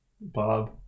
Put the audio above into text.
Bob